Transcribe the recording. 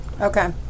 Okay